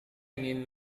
ingin